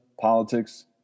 politics